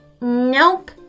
Nope